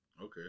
okay